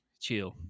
Chill